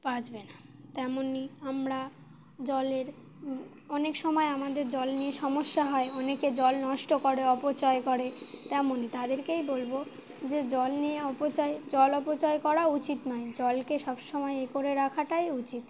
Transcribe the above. বাঁচবে না তেমনই আমরা জলের অনেক সময় আমাদের জল নিয়ে সমস্যা হয় অনেকে জল নষ্ট করে অপচয় করে তেমনই তাদেরকেই বলবো যে জল নিয়ে অপচয় জল অপচয় করা উচিত নয় জলকে সব সমময় এ করে রাখাটাই উচিত